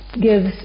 gives